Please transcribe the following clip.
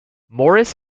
morris